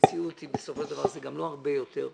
אבל לא הרבה יותר.